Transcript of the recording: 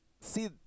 see